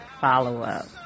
follow-up